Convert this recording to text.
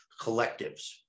collectives